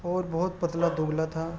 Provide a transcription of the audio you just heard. اور بہت پتلا دبلا تھا